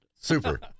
Super